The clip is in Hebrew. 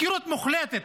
הפקרה מוחלטת